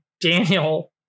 Daniel